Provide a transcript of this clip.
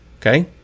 Okay